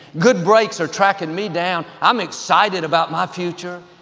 good breaks are tracking me down. i'm excited about my future?